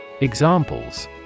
Examples